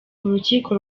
urukiko